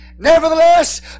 Nevertheless